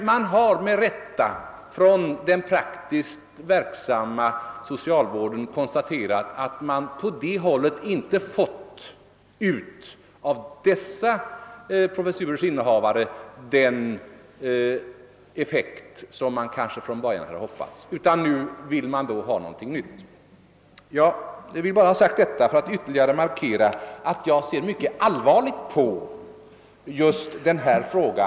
Men med rätta har man från den praktiskt verksamma socialvården konstaterat att man på det hållet inte av dessa professurers innehavare fått ut den effekt som man kanske från början hoppats på, utan nu vill man ha något nytt. Jag vill bara säga detta för att ytterligare markera att jag ser mycket allvarligt just på denna fråga.